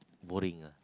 boring ah